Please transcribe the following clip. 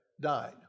died